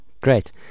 Great